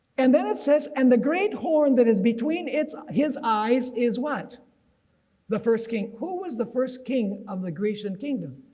and then it says. and the great horned that is between its his eyes is the first king. who was the first king of the grecian kingdom?